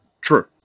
True